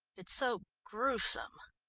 it's so gruesome.